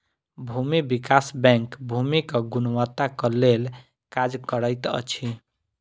भूमि विकास बैंक भूमिक गुणवत्ताक लेल काज करैत अछि